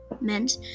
meant